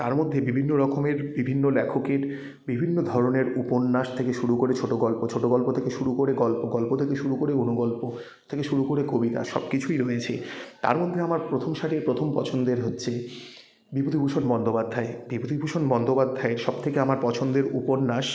তার মধ্যে বিভিন্ন রকমের বিভিন্ন লেখকের বিভিন্ন ধরনের উপন্যাস থেকে শুরু করে ছোট গল্প ছোট গল্প থেকে শুরু করে গল্প গল্প থেকে শুরু করে অণু গল্প থেকে শুরু করে কবিতা সবকিছুই রয়েছে তার মধ্যে আমার প্রথম সারির প্রথম পছন্দের হচ্ছে বিভূতিভূষণ বন্দ্যোপাধ্যায় বিভূতিভূষণ বন্দ্যোপাধ্যায়ের সবথেকে আমার পছন্দের উপন্যাস